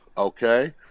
ok?